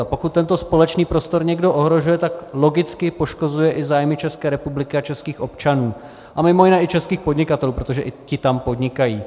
A pokud tento společný prostor někdo ohrožuje, tak logicky poškozuje i zájmy České republiky a českých občanů a mimo jiné i českých podnikatelů, protože i ti tam podnikají.